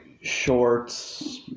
shorts